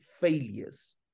failures